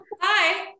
Hi